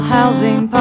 Housing